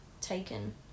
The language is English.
taken